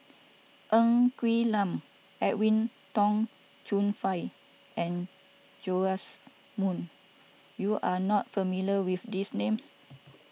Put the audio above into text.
Ng Quee Lam Edwin Tong Chun Fai and Joash Moo you are not familiar with these names